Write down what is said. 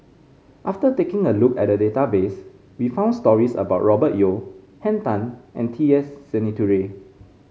after taking a look at the database we found stories about Robert Yeo Henn Tan and T S Sinnathuray